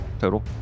total